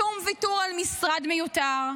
שום ויתור על משרד מיותר.